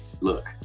look